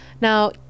Now